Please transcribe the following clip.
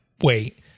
Wait